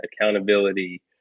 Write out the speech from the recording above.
accountability